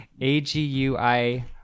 A-G-U-I